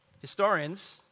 Historians